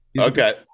Okay